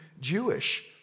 Jewish